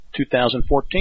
2014